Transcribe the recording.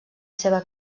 seva